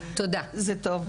זה טוב.